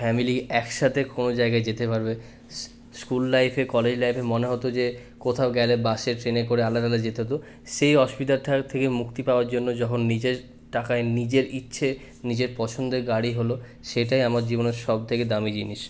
family একসাথে কোনো জায়গায় যেতে পারবে স্কুল লাইফে কলেজ লাইফে মনে হত যে কোথাও গেলে বাসে ট্রেনে করে আলাদা আলাদা যেতে হত সেই অসুবিধাটার থেকে মুক্তি পাওয়ার জন্য যখন নিজের টাকায় নিজের ইচ্ছে নিজের পছন্দের গাড়ি হল সেটাই আমার জীবনের সবথেকে দামি জিনিস